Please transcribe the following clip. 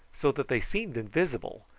so that they seemed invisible,